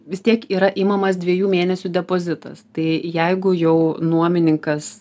vis tiek yra imamas dviejų mėnesių depozitas tai jeigu jau nuomininkas